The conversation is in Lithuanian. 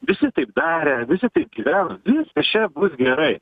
visi taip darė visi gyvena viskas čia bus gerai